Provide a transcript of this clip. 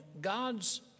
God's